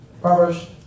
Proverbs